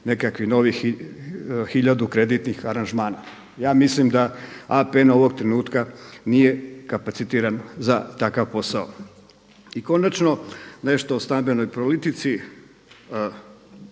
nekakvih novih tisuću kreditnih aranžmana. Ja mislim da APN ovog trenutka nije kapacitiran za takav posao. I konačno nešto o stambenoj politici